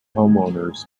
homeowners